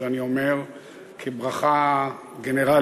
את זה אני אומר כברכה גנרלית,